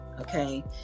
Okay